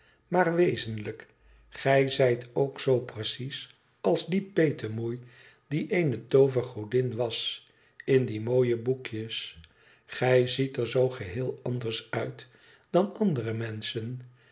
maar wezenlijk gij zijt ook zoo precies als die petemoei die eene toovergodin was in die mooie boekjes gij ziet er zoo geheel anders uit dan'andere menschen